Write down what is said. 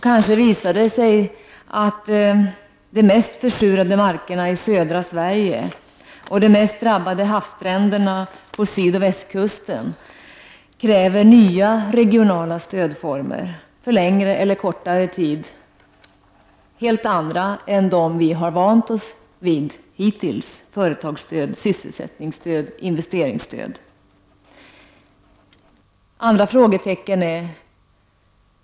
Kanske visar det sig att de mest försurade markerna i södra Sverige och de mest drabbade havsstränderna på sydoch västkusten kräver nya regionala stödformer för längre eller kortare tid — helt andra än de vi vant oss vid hittills: företagsstöd, sysselsättningsstöd, investeringsstöd.